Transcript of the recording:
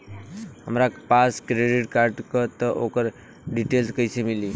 हमरा पास credit card बा त ओकर डिटेल्स कइसे मिली?